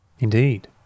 Indeed